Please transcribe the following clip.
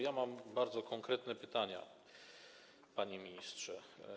Ja mam bardzo konkretne pytania, panie ministrze.